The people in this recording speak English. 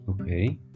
Okay